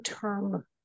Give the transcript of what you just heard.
term